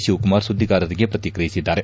ಶಿವಕುಮಾರ್ ಸುದ್ದಿಗಾರರಿಗೆ ಪ್ರತಿಕ್ರಿಯಿಸಿದ್ದಾರೆ